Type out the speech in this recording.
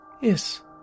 Yes